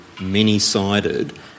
many-sided